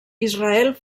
israel